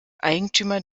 eigentümer